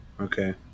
Okay